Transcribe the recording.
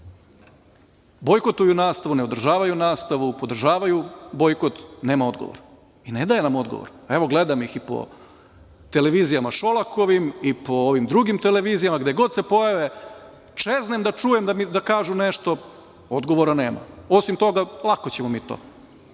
bojkotuju nastavu, ne održavaju nastavu, podržavaju bojkot, nema odgovor i ne daje nam odgovor. Evo gledam ih i po televizijama Šolakovim i po ovim drugim televizijama. Gde god se pojave čeznem da čujem da kažu nešto. Odgovora nema, osim to – lako ćemo mi to.